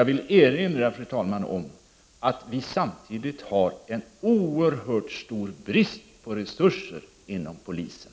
Jag vill erinra om att det samtidigt råder en oerhört stor brist på resurser inom polisen.